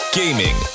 gaming